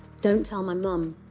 don't tell my mum.